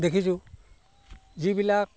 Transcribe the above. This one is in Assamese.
দেখিছোঁ যিবিলাক